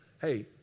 Hey